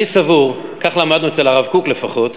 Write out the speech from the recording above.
אני סבור, כך למדנו אצל הרב קוק לפחות,